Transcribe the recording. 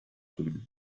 them